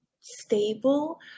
stable